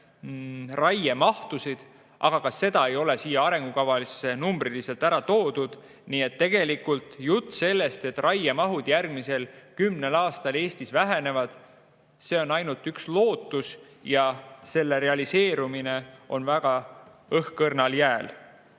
raiemahtusid, aga ka seda ei ole siia arengukavasse numbriliselt ära toodud. Nii et tegelikult jutt sellest, et raiemahud järgmisel kümnel aastal Eestis vähenevad, on ainult üks lootus ja selle realiseerumine on väga õhkõrnal jääl.